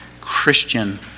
Christian